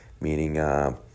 meaning